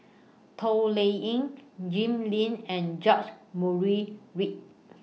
Toh Liying Jim Lim and George Murray Reith